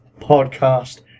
podcast